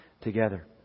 together